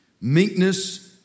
meekness